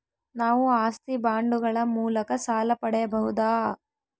ನಾವು ಆಸ್ತಿ ಬಾಂಡುಗಳ ಮೂಲಕ ಸಾಲ ಪಡೆಯಬಹುದಾ?